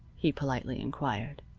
he politely inquired.